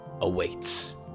awaits